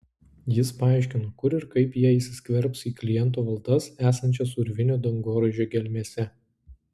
jis paaiškino kur ir kaip jie įsiskverbs į kliento valdas esančias urvinio dangoraižio gelmėse